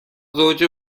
زوج